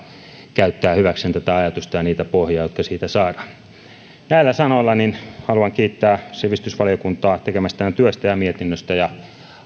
käyttää hyväkseen ja niitä pohjia jotka siitä saadaan näillä sanoilla haluan kiittää sivistysvaliokuntaa tekemästään työstä ja mietinnöstä ja